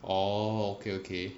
orh okay okay